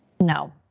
No